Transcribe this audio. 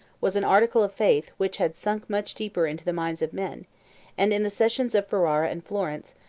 was an article of faith which had sunk much deeper into the minds of men and in the sessions of ferrara and florence,